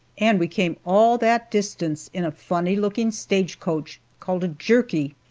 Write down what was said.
and we came all that distance in a funny looking stage coach called a jerkey,